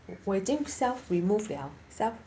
我已经 self remove liao self